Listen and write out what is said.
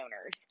owners